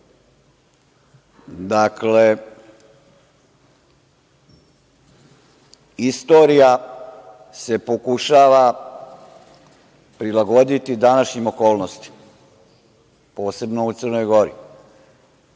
dakle, istorija se pokušava prilagoditi današnjim okolnostima, posebno u Crnoj Gori,